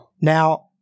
Now